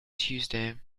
tuesday